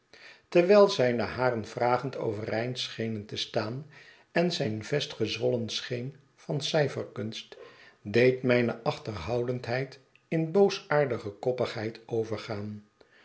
terwijl zijne haren vragend overeind schenen te staan en zijn vest gezwollen scheen van cijferkunst deed mijne achterhoudendheid in boosaardige koppigheid overgaan